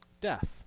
Death